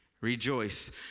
rejoice